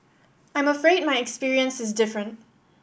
I'm afraid my experience is different